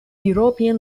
european